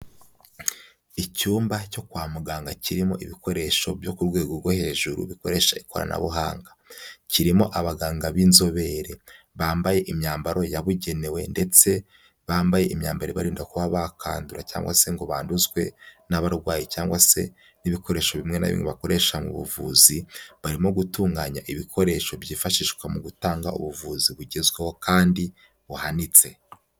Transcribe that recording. Icyumba cyo kwa muganga kirimo ibikoresho byo ku rwego rwo hejuru bikoresha ikoranabuhanga. Kirimo abaganga b'inzobere, bambaye imyambaro yabugenewe ndetse bambaye imyambaro ibarinda kuba bakandura cyangwa se ngo banduzwe n'abarwayi cyangwa se n'ibikoresho bimwe na bimwe bakoresha mu buvuzi, barimo gutunganya ibikoresho byifashishwa mu gutanga ubuvuzi bugezweho kandi buhanitse.